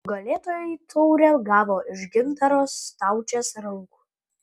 nugalėtojai taurę gavo iš gintaro staučės rankų